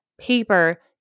paper